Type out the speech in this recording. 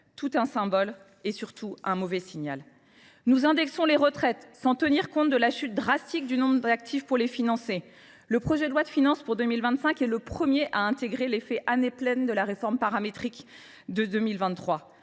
tout un symbole et, surtout, un mauvais signal. Nous indexons les retraites sans tenir compte de la chute vertigineuse du nombre d’actifs cotisant pour les financer. Le projet de loi de finances pour 2025 est le premier à intégrer l’effet en année pleine de la réforme paramétrique de 2023